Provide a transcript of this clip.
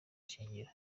ishingiro